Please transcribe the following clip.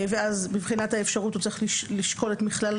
מבחינת האפשרות הוא צריך לשקול את מכלול